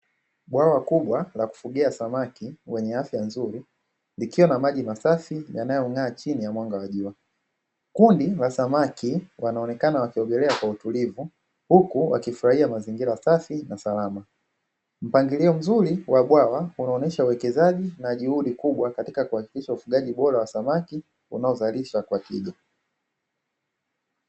Bwawa la kufugia samaki wenye afya nzuri nikiwa na maji masafi yanayong'aa chini ya mwanga kundi la samaki wanaonekana wasogelea kwa utulivu huku wakifurahia mazingira safi na salama mpangilio mzuri wa bwa kubwa katika kuhakikisha ufugaji bora wa samaki unaozalisha kwa tija